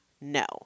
No